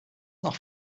noch